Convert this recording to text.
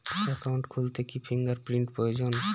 Account খুলতে কি finger print প্রয়োজন?